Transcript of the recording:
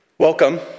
Welcome